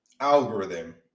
algorithm